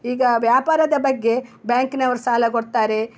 ಈಗಾ ವ್ಯಾಪಾರದ ಬಗ್ಗೆ ಬ್ಯಾಂಕಿನವರು ಸಾಲ ಕೊಡ್ತಾರೆ